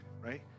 Right